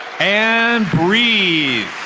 and, breathe!